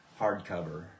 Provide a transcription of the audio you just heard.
hardcover